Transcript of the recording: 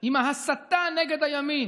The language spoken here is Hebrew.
עם ההסתה: הימין,